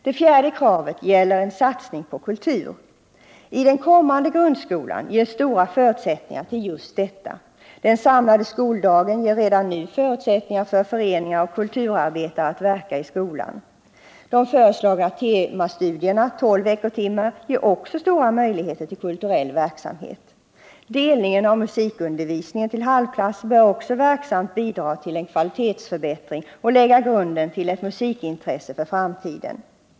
Det fjärde kravet gäller en satsning på kultur. I den kommande grundskolan ges stora möjligheter till just detta. Den samlade skoldagen ger redan nu förutsättning för föreningar och kulturarbetare att verka i skolan. De föreslagna temastudierna, 12 veckotimmar, ger också stora möjligheter till kulturell verksamhet. Delningen av musikundervisningen till halvklass bör också verksamt bidra till en kvalitetsförbättring och lägga grunden till ett musikintresse för framtiden.